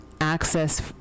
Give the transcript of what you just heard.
access